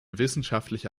wissenschaftliche